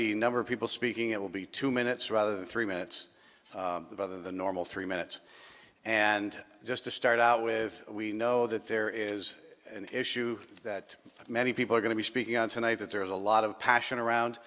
the number of people speaking it will be two minutes rather than three minutes rather than normal three minutes and just to start out with we know that there is an issue that many people are going to be speaking on tonight that there is a lot of passion around